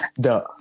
duh